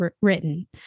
written